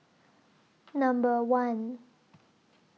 Number one